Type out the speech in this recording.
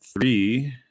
three